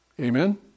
Amen